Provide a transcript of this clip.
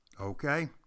Okay